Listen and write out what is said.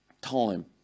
time